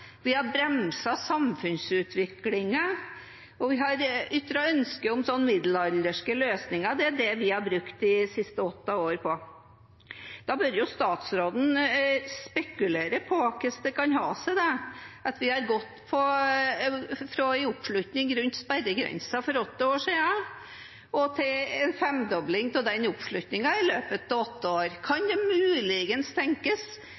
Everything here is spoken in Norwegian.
vi har bremset samfunnsutviklingen, og vi har ytret ønske om middelalderske løsninger – det er det vi har brukt de siste åtte årene på. Da bør jo statsråden spekulere på hvordan det kan ha seg at vi har gått fra en oppslutning rundt sperregrensen for åtte år siden, til en femdobling av den oppslutningen i løpet av åtte år. Kan det muligens tenkes